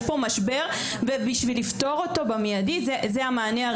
יש פה משבר ובשביל לפתור אותו במיידי זהו המענה הראשוני.